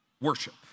worship